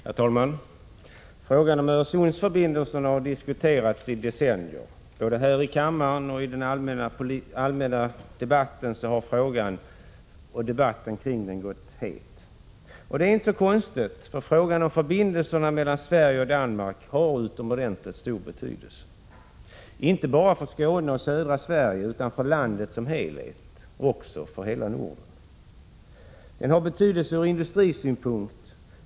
Herr talman! Frågan om Öresundsförbindelsen har diskuterats i decennier. Den allmänna debatten liksom debatten här i kammaren har gått het, och det är inte så konstigt. Frågan om förbindelserna mellan Sverige och Danmark har utomordentligt stor betydelse; inte bara för Skåne och södra Sverige, utan för landet som helhet och även för Norden. Frågan har betydelse ur industrisynpunkt.